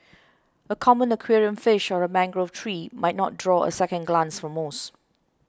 a common aquarium fish or a mangrove tree might not draw a second glance from most